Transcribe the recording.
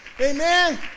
Amen